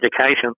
education